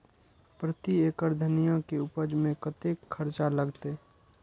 प्रति एकड़ धनिया के उपज में कतेक खर्चा लगते?